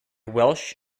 welsh